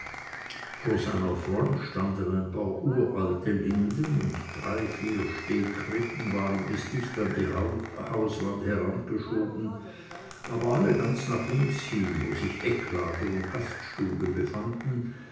vor seiner front standen ein paar uralte linden und drei vier stehkrippen waren bis dicht an die hauswand herangeschoben aber alle ganz nach links hin wo sich eckladen und gaststube befanden